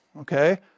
okay